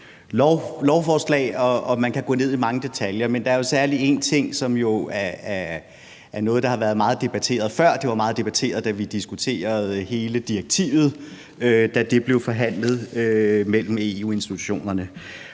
lovforslag, og man kan gå ned i mange detaljer, men der er jo særlig en ting, som har været debatteret meget før, og som var meget debatteret, da vi diskuterede hele direktivet, da det blev forhandlet mellem EU-institutionerne.